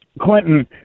Clinton